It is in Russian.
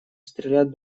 стрелять